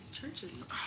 churches